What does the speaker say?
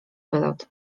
wylot